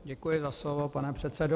Děkuji za slovo, pane předsedo.